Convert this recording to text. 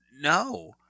no